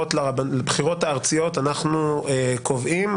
הבחירות הארציות אנחנו קובעים,